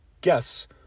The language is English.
Guess